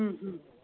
ಹ್ಞೂ ಹ್ಞೂ